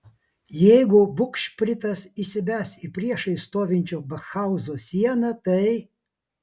jeigu bugšpritas įsibes į priešais stovinčio pakhauzo sieną tai